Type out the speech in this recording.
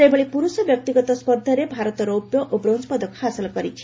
ସେହିଭଳି ପୁରୁଷ ବ୍ୟକ୍ତିଗତ ସ୍ୱର୍ଦ୍ଧାରେ ଭାରତ ରୌପ୍ୟ ଓ ବ୍ରୋଞ୍ଜପଦକ ହାସଲ କରିଛି